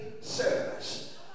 service